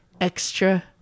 extra